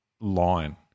line